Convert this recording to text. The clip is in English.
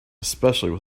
especially